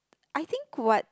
I think what